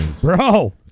Bro